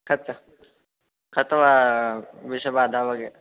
कति अथवा विषयः बादावगे